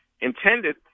intended